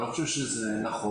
אני לא חושב שזה נכון,